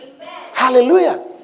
Hallelujah